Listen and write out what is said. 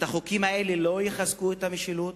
החוקים האלה לא יחזקו את המשילות,